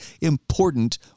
important